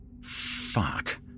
Fuck